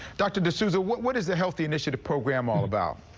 dr. de souza, what what is the healthy initiative program all about?